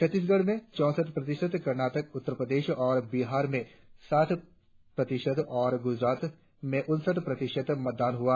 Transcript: छत्तिसगढ़ में चौसठ प्रतिशत कर्नाटक उत्तर प्रदेश और बिहार में साठ प्रतिशत और गुजरात में उनसठ प्रतिशत मतदान हुआ